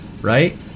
Right